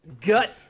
gut